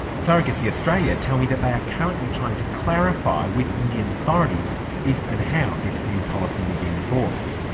surrogacy australia tell me that they are currently trying to clarify with indian authorities if and how this new policy will be enforced.